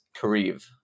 Kareev